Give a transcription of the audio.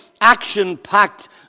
action-packed